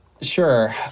Sure